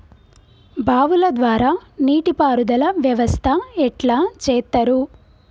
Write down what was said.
బావుల ద్వారా నీటి పారుదల వ్యవస్థ ఎట్లా చేత్తరు?